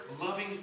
loving